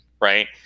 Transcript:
right